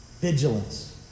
vigilance